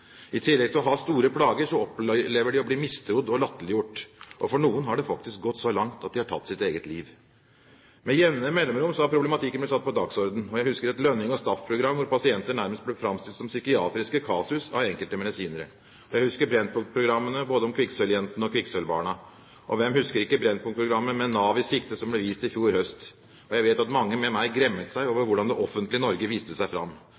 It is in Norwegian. I tillegg til å ha store plager, opplever de å bli mistrodd og latterliggjort, og for noen har det faktisk gått så langt at de har tatt sitt eget liv. Med jevne mellomrom har problematikken blitt satt på dagsordenen. Jeg husker et Lønning og Staff-program hvor pasienter nærmest ble framstilt som psykiatriske kasus av enkelte medisinere. Jeg husker Brennpunkt-programmene om både kvikksølvjentene og kvikksølvbarna. Og hvem husker ikke Brennpunkt-programmet «Med NAV i sikte» som ble sendt i fjor høst. Jeg vet at mange med meg gremmet seg over hvordan det offentlige Norge viste seg fram.